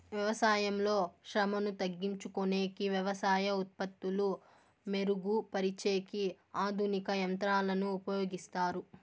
వ్యవసాయంలో శ్రమను తగ్గించుకొనేకి వ్యవసాయ ఉత్పత్తులు మెరుగు పరిచేకి ఆధునిక యంత్రాలను ఉపయోగిస్తారు